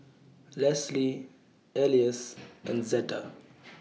Lesly Elias and Zeta